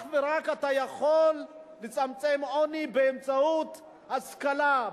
אתה יכול לצמצם עוני אך ורק באמצעות השכלה,